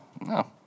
No